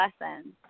lesson